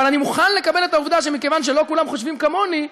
אבל אני מוכן לקבל את העובדה שמכיוון שלא כולם חושבים כמוני,